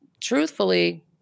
truthfully